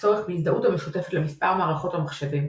הצורך בהזדהות המשותפת למספר מערכות או מחשבים.